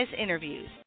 Interviews